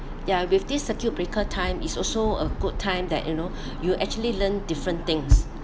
ya with this circuit breaker time is also a good time that you know you actually learn different things